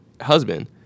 husband